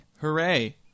Hooray